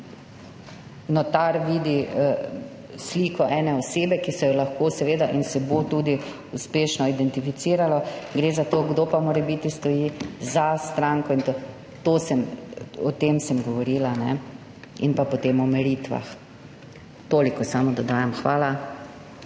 notar vidi sliko ene osebe, ki se jo lahko in se jo bo tudi uspešno identificiralo, gre za to, kdo pa morebiti stoji za stranko. O tem sem govorila in pa potem o meritvah. Toliko samo dodajam. Hvala.